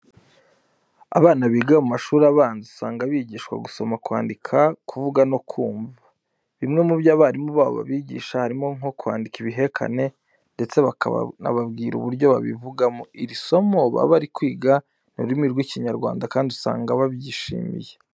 Abana biga mu mashuri abanza usanga bigishwa gusoma, kwandika, kuvuga no kumva. Bimwe mu byo abarimu babo babigisha, harimo nko kwandika ibihekane ndetse bakanababwira uburyo babivugamo. Iri somo baba bari kwiga ni ururimi rw'Ikinyarwanda kandi usanga babyishimiye.